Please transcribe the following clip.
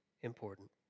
important